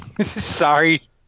Sorry